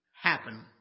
happen